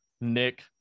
Nick